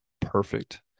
perfect